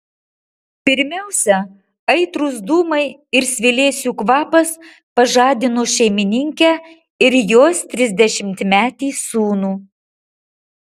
pirmiausia aitrūs dūmai ir svilėsių kvapas pažadino šeimininkę ir jos trisdešimtmetį sūnų